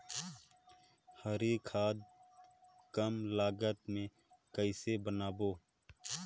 हरी खाद कम लागत मे कइसे बनाबो?